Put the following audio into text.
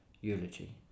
eulogy